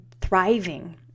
thriving